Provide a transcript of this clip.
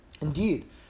indeed